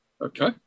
Okay